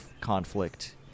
conflict